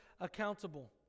accountable